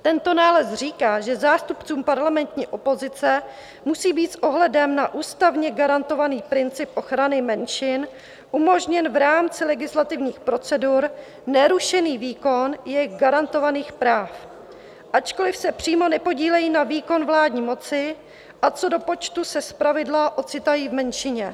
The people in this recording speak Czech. Tento nález říká, že zástupcům parlamentní opozice musí být s ohledem na ústavně garantovaný princip ochrany menšin umožněn v rámci legislativních procedur nerušený výkon jejich garantovaných práv, ačkoliv se přímo nepodílejí na výkonu vládní moci a co do počtu se zpravidla ocitají v menšině.